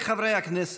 חבריי חברי הכנסת,